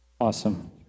Awesome